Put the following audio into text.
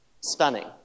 stunning